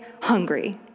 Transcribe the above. hungry